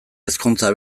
ezkontza